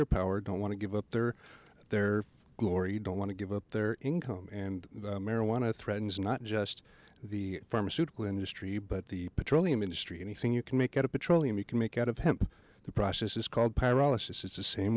their power don't want to give up their their glory you don't want to give up their income and marijuana threatens not just the pharmaceutical industry but the petroleum industry anything you can make at a petroleum you can make out of hemp the process is called